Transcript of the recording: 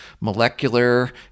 molecular